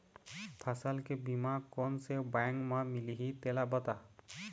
फसल के बीमा कोन से बैंक म मिलही तेला बता?